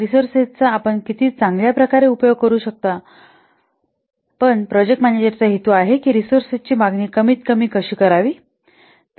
रिसोर्ससचा आपण किती चांगल्या प्रकारे उपयोग करू शकता परंतु प्रोजेक्ट मॅनेजर चा हेतू आहे की रिसोर्ससची मागणी कमीतकमी कशी करावी